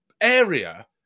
area